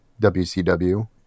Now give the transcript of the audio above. WCW